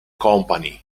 company